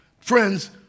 Friends